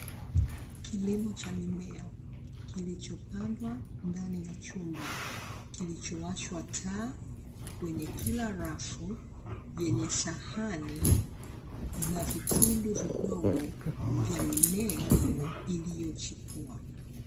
Kilimo cha mimea, kilichopandwa ndani ya chumba, kilichowashwa taa kwenye kila rafu yenye sahani; ina vitundu vidogo vya mimea iliyochipua.